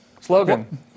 Slogan